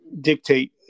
dictate